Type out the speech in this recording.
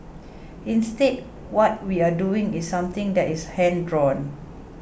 instead what we are doing is something that is hand drawn